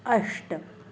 अष्ट